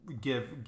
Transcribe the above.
give